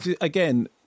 again